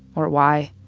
or why.